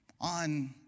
On